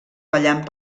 ballant